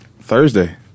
Thursday